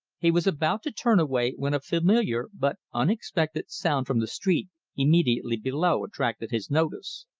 he was about to turn away when a familiar, but unexpected, sound from the street immediately below attracted his notice.